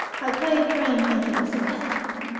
my great-grandmother was a catholic.